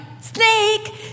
snake